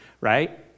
right